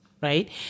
right